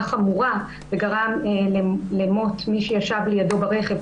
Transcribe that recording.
חמורה וגרם למות מי שישב לידו ברכב,